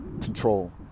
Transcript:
control